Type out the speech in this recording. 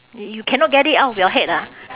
you cannot get it out of your head ah